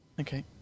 Okay